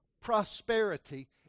prosperity